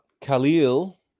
Khalil